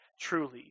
truly